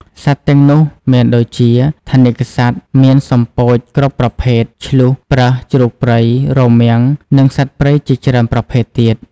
សត្វទាំងនោះមានដូចជា ថនិកសត្វមាន សំពោចគ្រប់ប្រភេទ ឈ្លូស ប្រើស ជ្រូកព្រៃ រមាំង និងសត្វព្រៃជាច្រើនប្រភេទទៀត។